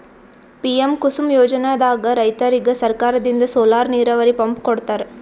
PM Kusum ಯೋಜನೆದಾಗ್ ರೈತರಿಗ್ ಸರ್ಕಾರದಿಂದ್ ಸೋಲಾರ್ ನೀರಾವರಿ ಪಂಪ್ ಕೊಡ್ತಾರ